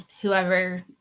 whoever